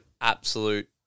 absolute